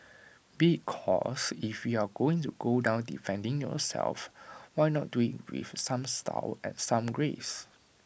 because if you are going to go down defending yourself why not do IT with some style and some grace